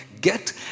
Get